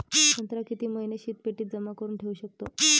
संत्रा किती महिने शीतपेटीत जमा करुन ठेऊ शकतो?